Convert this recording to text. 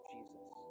Jesus